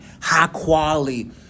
high-quality